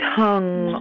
tongue